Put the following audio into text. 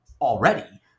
already